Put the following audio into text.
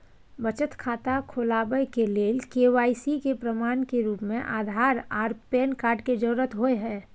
बचत खाता खोलाबय के लेल के.वाइ.सी के प्रमाण के रूप में आधार आर पैन कार्ड के जरुरत होय हय